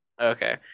Okay